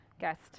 Guest